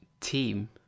team